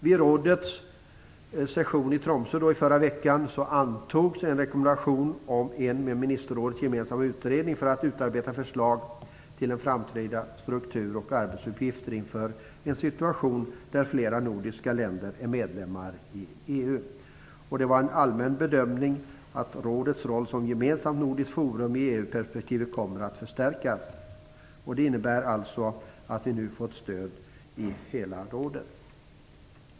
Vid rådets session i Tromsö i förra veckan antogs en rekommendation om en med ministerrådet gemensam utredning för att utarbeta förslag till en framtida struktur och till arbetsuppgifter inför en situation där flera nordiska länder är medlemmar i EU. Det var en allmän bedömning att rådets roll som gemensamt nordiskt forum i EU-perspektivet kommer att förstärkas. Det innebär alltså att vi nu fått stöd i hela Norden.